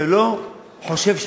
חושב,